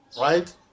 Right